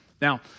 Now